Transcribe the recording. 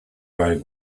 like